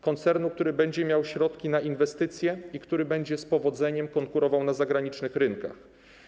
Koncernu, który będzie miał środki na inwestycje i który z powodzeniem będzie konkurował na zagranicznych rynkach.